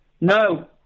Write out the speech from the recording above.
No